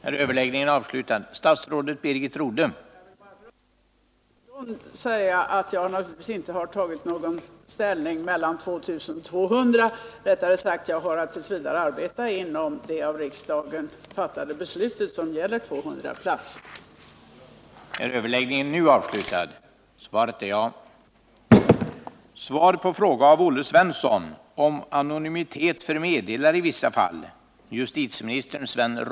Herr talman! Jag vill, bara för undvikande av missförstånd, säga att jag naturligtvis inte har tagit någon ställning mellan 2 000 och 200 platser, eller rättare sagt att jag t. v. har att arbeta inom det av riksdagen fattade beslutet, som gäller 200 platser.